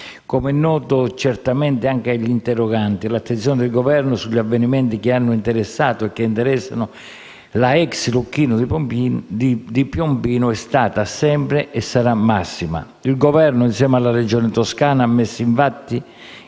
Come è noto certamente anche agli interroganti, l'attenzione del Governo sugli avvenimenti che hanno interessato e che interessano la ex Lucchini di Piombino è sempre stata e sarà massima. Il Governo, insieme alla Regione Toscana, ha messo infatti